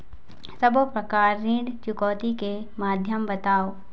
सब्बो प्रकार ऋण चुकौती के माध्यम बताव?